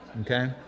Okay